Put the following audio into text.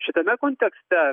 šitame kontekste